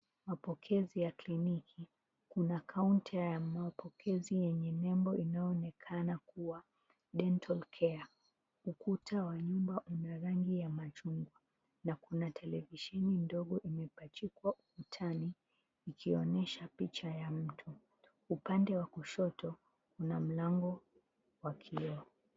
Mapokezi ya kliniki, kuna counter inayoonekana kuwa dental care ukuta wa nyuma unarangi ya machungwa na kuna televisheni ndogo imepachikwa kwenye ukutani ikionyesha sura ya mtu upande wa kushoto kuna mlango wa kioo.